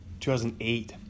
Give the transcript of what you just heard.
2008